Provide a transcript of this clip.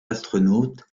astronautes